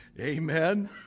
Amen